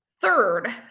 Third